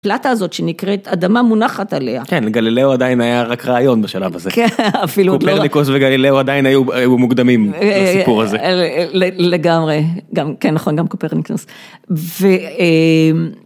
פלטה הזאת שנקראת אדמה מונחת עליה, כן גלילאו עדיין היה רק רעיון בשלב הזה, קופרניקוס וגלילאו עדיין היו מוקדמים לסיפור הזה, לגמרי, כן נכון גם קופרניקוס.